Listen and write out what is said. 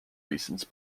reasons